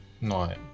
No